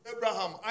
Abraham